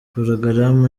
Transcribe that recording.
porogaramu